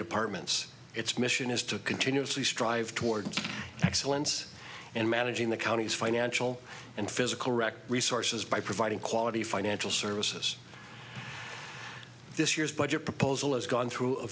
departments its mission is to continuously strive toward excellence and managing the county's financial and physical record resources by providing quality financial services this year's budget proposal has gone through a